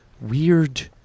weird